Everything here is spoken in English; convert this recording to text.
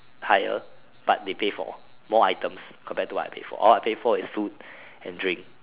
higher but they pay for more items compared to what I paid for all I paid for is food and drink